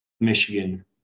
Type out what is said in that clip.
Michigan